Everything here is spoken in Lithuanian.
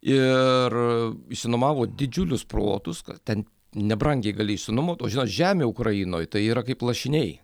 ir išsinuomavo didžiulius plotus kad ten nebrangiai gali išsinuomot o žinot žemė ukrainoj tai yra kaip lašiniai